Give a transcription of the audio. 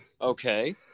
okay